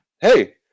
Hey